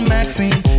Maxine